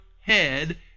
head